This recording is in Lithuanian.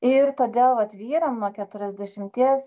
ir todėl vat vyram nuo keturiasdešimties